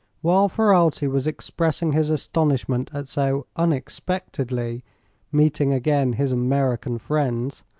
while ferralti was expressing his astonishment at so unexpectedly meeting again his american friends,